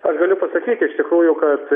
aš galiu pasakyti iš tikrųjų kad